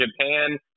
Japan